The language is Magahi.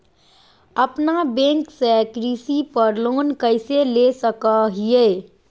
अपना बैंक से कृषि पर लोन कैसे ले सकअ हियई?